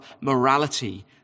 morality